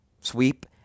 Sweep